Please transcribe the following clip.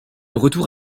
retour